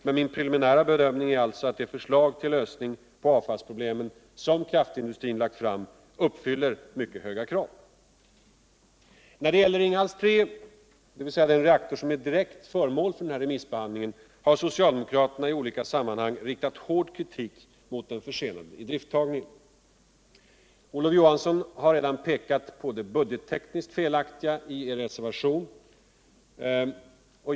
men min preliminära bedömning är att det förslag till lösning på avfallsproblemen som kraftindustrin har lagt fram uppfyller mycket höga krav. När det gäller Ringhals 3, dvs. den reaktor som är direkt föremål för den här remissbehandlingen, har socialdemokraterna i olika sammanhang riktat hård kritik mot den försenade idrifttagningen. Olof Johansson har redan pekat på det budgeucekniskt felaktiga i er reservation.